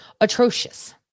atrocious